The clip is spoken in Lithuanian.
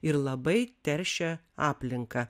ir labai teršia aplinką